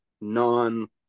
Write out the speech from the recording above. non